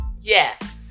Yes